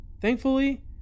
Thankfully